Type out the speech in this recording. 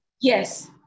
Yes